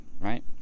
right